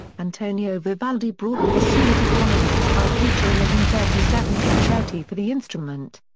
antonio vivaldi brought the bassoon to prominence by featuring it in thirty seven concerti for the instrument.